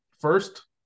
first